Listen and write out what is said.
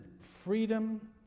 freedom